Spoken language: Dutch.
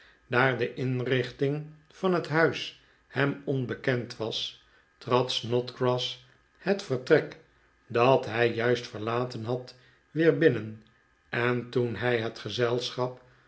daar de inrichting van het huis hem onbekend was trad snodgrass het vertrek dat hij juist verlaten had weer binnen en toen hij net gezelschap